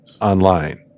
online